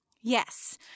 Yes